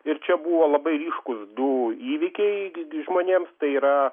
ir čia buvo labai ryškūs du įvykiai gi gi žmonėms tai yra